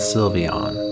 Sylveon